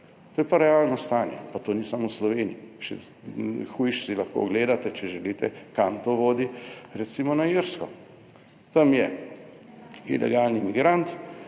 To je pa realno stanje. Pa to ni samo v Sloveniji, še hujše si lahko ogledate, če želite, kam to vodi. Recimo, na Irsko, tam je ilegalni migrant